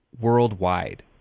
worldwide